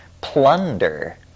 plunder